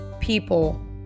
people